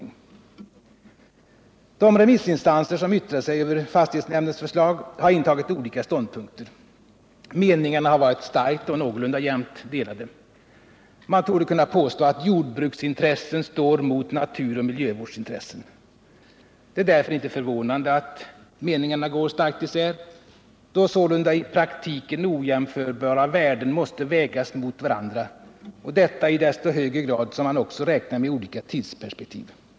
De remissinstanser som yttrat sig över fastighetsnämndens förslag har intagit olika ståndpunkter. Meningarna har varit starkt och någorlunda jämnt delade. Man torde kunna påstå att jordbruksintressen står mot naturoch miljövårdsintressen. Det är därför inte förvånande att meningarna går starkt isär, då sålunda i praktiken ojämförbara värden måste vägas mot varandra, och detta i desto högre grad som man också räknar med olika tidsperspektiv.